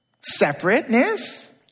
separateness